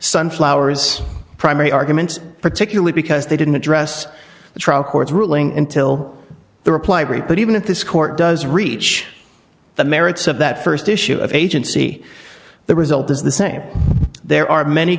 sunflowers primary argument particularly because they didn't address the trial court's ruling until the reply brief but even if this court does reach the merits of that st issue of agency the result is the same there are many